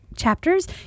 chapters